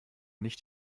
nicht